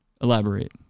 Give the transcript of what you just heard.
Elaborate